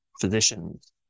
physicians